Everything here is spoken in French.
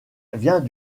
vient